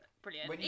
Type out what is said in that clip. Brilliant